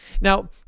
Now